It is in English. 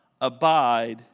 abide